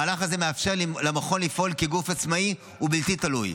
המהלך הזה מאפשר למכון לפעול כגוף עצמאי ובלתי תלוי.